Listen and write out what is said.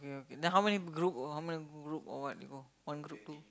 then how many group how many group or what go one group two